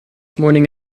morning